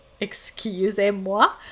excusez-moi